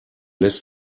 lässt